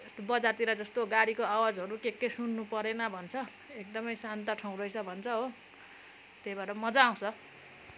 यस्तो बजारतिर जस्तो गाडीको आवाजहरू के के सुन्नु परेन भन्छ एकदमै शान्त ठाउँ रहेछ भन्छ हो त्यही भएर मजा आउँछ